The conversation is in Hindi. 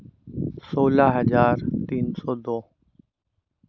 सोलह हज़ार तीन सौ दो